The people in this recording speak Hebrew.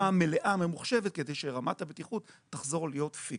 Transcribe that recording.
מלאה ממוחשבת כדי שרמת הבטיחות תחזור להיות פיקס.